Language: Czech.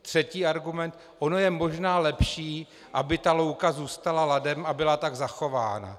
Třetí argument: ono je možná lepší, aby ta louka zůstala ladem a byla tak zachována.